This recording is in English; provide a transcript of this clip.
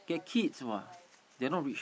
get kids [what] they are not rich